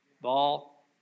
Ball